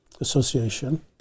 Association